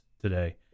today